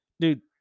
Dude